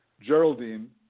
Geraldine